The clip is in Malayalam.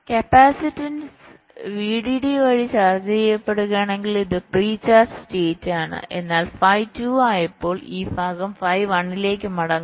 കപ്പാസിറ്റൻസ് VDD വഴി ചാർജ്ജ് ചെയ്യപ്പെടുകയാണെങ്കിൽ ഇത് പ്രീ ചാർജ് സ്റ്റേറ്റ് ആണ് എന്നാൽ phi 2 ആയപ്പോൾ ഈ ഭാഗം phi 1 0 ലേക്ക് മടങ്ങും